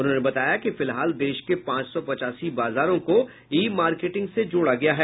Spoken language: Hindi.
उन्होंने बताया कि फिलहाल देश के पांच सौ पचासी बाजारों को ई मार्केटिंक से जोड़ा गया है